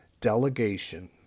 Delegation